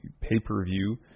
pay-per-view